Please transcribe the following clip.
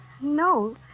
No